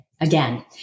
Again